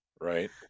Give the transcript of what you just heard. right